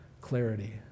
clarity